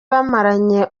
bamaranye